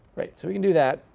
great, so we can do that.